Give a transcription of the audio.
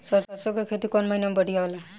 सरसों के खेती कौन महीना में बढ़िया होला?